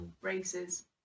Races